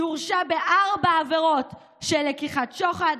שהורשע בארבע עבירות של לקיחת שוחד,